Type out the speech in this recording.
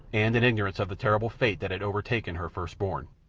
and in ignorance of the terrible fate that had overtaken her first-born.